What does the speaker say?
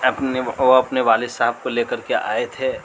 اپنے وہ وہ اپنے والد صاحب کو لے کر کے آئے تھے